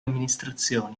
amministrazioni